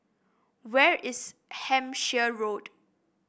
where is Hampshire Road